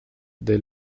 del